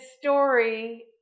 story